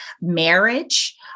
marriage